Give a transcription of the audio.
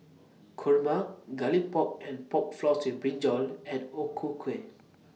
Kurma Garlic Pork and Pork Floss with Brinjal and O Ku Kueh